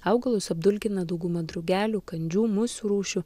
augalus apdulkina dauguma drugelių kandžių musių rūšių